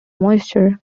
moisture